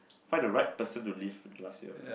find the right person to leave the last year of life